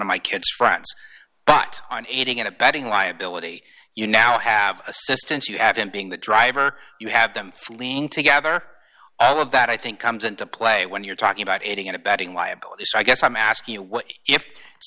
of my kid's friends but on aiding and abetting liability you now have assistance you have him being the driver you have them fleeing together all of that i think comes into play when you're talking about aiding and abetting liability so i guess i'm asking you what if it's